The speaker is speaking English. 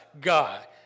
God